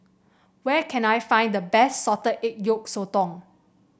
where can I find the best Salted Egg Yolk Sotong